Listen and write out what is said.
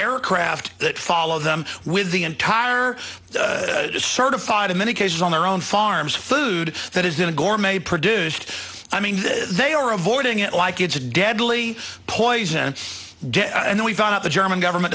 aircraft that follow them with the entire certified in many cases on their own farms food that isn't a gourmet produced i mean they are avoiding it like it's a deadly poison and then we found out the german government